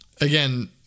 again